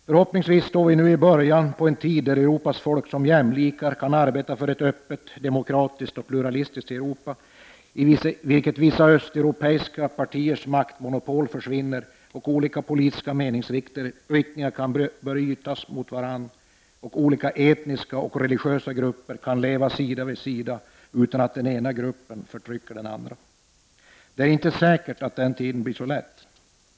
Förhoppningsvis står vi nu i början av en tid då Europas folk som jämlikar kan arbeta för ett öppet, demokratiskt och pluralistiskt Europa, i vilket vissa östeuropeiska partiers maktmonopol försvinner, olika politiska meningsriktningar kan börja brytas mot varandra och olika etniska och religiösa grupper kan leva sida vid sida utan att den ena gruppen förtrycker den andra. Det är inte säkert att den tiden blir så lätt.